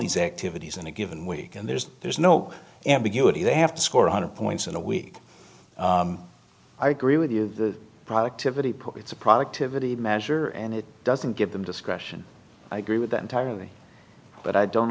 these activities in a given week and there's there's no ambiguity they have to score one hundred points in a week i agree with you the product of a report it's a product of any measure and it doesn't give them discretion i agree with that entirely but i don't